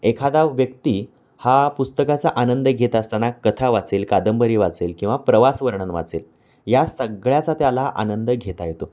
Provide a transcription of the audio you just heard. एखादा व्यक्ती हा पुस्तकाचा आनंद घेत असताना कथा वाचेल कादंबरी वाचेल किंवा प्रवास वर्णन वाचेल या सगळ्याचा त्याला आनंद घेता येतो